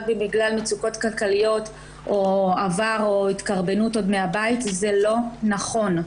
בגלל מצוקות כלכליות או בשל עברן והתקרבנות עוד מהבית זה לא נכון.